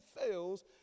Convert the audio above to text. fails